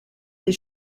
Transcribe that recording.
des